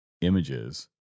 images